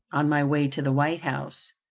on my way to the white house,